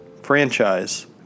franchise